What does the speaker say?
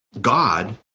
God